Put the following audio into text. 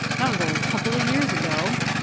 that was a couple of years ago,